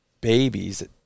babies